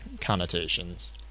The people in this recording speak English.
connotations